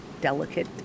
delicate